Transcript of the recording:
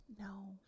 No